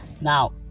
Now